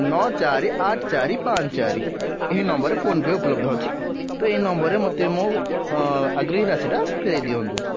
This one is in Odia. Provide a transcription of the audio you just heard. ନଅ ଚାରି ଆଠ ଚାରି ପାଞ୍ଚ ଚାରି ଏହି ନମ୍ବର୍ରେ ଫୋନ୍ପେ ଉପଲବ୍ଧ ଅଛି ତ ଏଇ ନମ୍ବର୍ରେ ମୋତେ ମୋ ଆଗ୍ରେଇ ରାଶିଟା ଫେରେଇ ଦିଅନ୍ତୁ